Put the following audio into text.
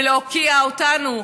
ולהוקיע אותנו,